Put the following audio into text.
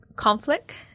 conflict